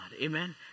Amen